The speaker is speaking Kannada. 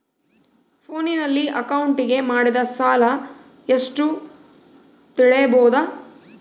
ಫೋನಿನಲ್ಲಿ ಅಕೌಂಟಿಗೆ ಮಾಡಿದ ಸಾಲ ಎಷ್ಟು ತಿಳೇಬೋದ?